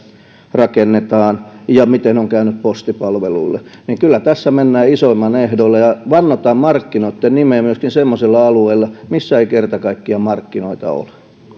rakennetaan ja miten on käynyt postipalveluille kyllä mennään isoimman ehdoilla ja vannotaan markkinoitten nimeen myöskin semmoisilla alueilla missä ei kerta kaikkiaan markkinoita ole